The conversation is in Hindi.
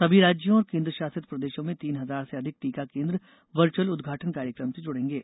सभी राज्यों और केन्द्रशासित प्रदेशों में तीन हजार से अधिक टीका केन्द्र वर्च्अल उदघाटन कार्यक्रम से जुडेंगे